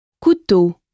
Couteau